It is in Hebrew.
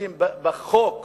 משתמשים בחוק